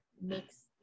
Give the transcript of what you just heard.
makes